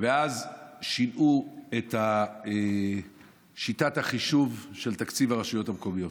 אז שינו את שיטת החישוב של תקציב הרשויות המקומיות.